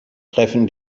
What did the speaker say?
treffen